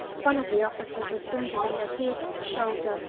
one of the officers is wounded in the head, shoulder,